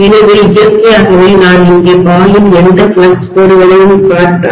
எனவே இயற்கையாகவே நான் இங்கே பாயும் எந்த ஃப்ளக்ஸ் கோடுகளையும் பார்த்தால்